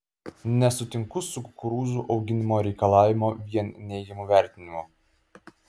nesutinku su kukurūzų auginimo reikalavimo vien neigiamu vertinimu